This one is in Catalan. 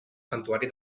santuari